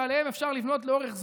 ועליהם אפשר לבנות לאורך זמן,